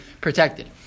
protected